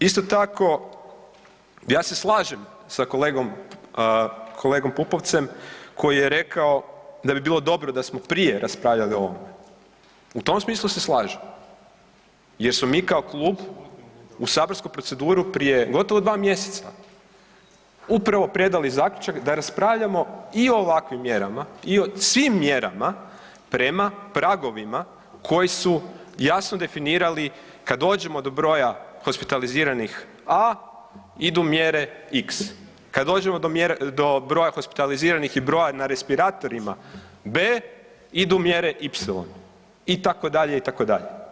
Isto tako, ja se slažem sa kolegom, kolegom Pupovcem koji je rekao da bi bilo dobro da smo prije raspravljali o ovome, u tom smislu se slažem jer smo mi kao klub u saborsku proceduru prije gotovo dva mjeseca upravo predali zaključak da raspravljamo i o ovakvim mjerama i o svim mjerama prema pragovima koji su jasno definirali kad dođemo do broja hospitaliziranih A idu mjere X, kad dođemo do broja hospitaliziranih i broja na respiratorima B idu mjere Y itd. itd.